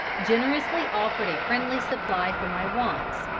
generously offered a friendly supply for my wants,